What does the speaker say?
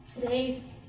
today's